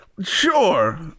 Sure